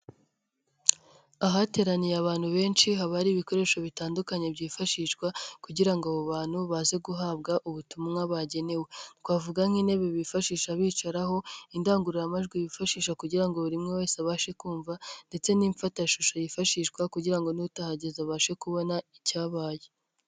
Ahateraniye abantu benshi haba hari ibikoresho bitandukanye byifashishwa kugira ngo abo bantu baze guhabwa ubutumwa bagenewe. Twavuga nk'intebe bifashisha bicaraho, indangururamajwi yifashisha kugira buri umwe wese abashe kumva, ndetse n'ifatashusho yifashishwa kugira ngo n'utahageze abashe kubona icyabaye.